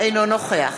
אינו נוכח